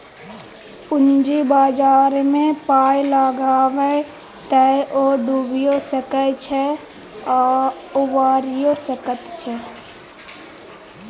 पूंजी बाजारमे पाय लगायब तए ओ डुबियो सकैत छै आ उबारियौ सकैत छै